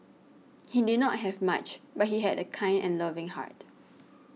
he did not have much but he had a kind and loving heart